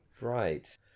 Right